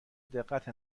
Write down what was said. دقت